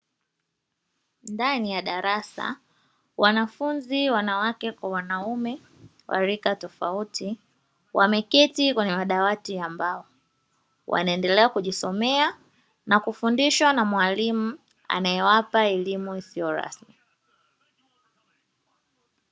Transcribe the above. Ndani ya darasa wanafunzi wanawake kwa wanaume wa rika tofauti wameketi kwenye madawati ya mbao wanaendelea kujisomea na kufundishwa na mwalimu anae wapa elimu isiyo rasmi.